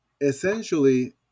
essentially